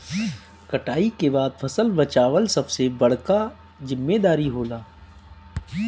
कटाई के बाद फसल बचावल सबसे बड़का जिम्मेदारी होला